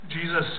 Jesus